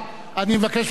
אני מבקש ממך לעלות,